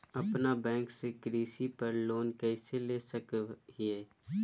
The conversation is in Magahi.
अपना बैंक से कृषि पर लोन कैसे ले सकअ हियई?